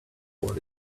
what